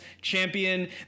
champion